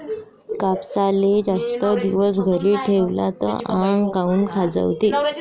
कापसाले जास्त दिवस घरी ठेवला त आंग काऊन खाजवते?